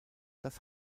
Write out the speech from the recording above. das